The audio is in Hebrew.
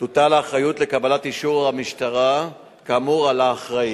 תוטל האחריות לקבלת אישור המשטרה כאמור על האחראי.